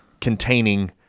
containing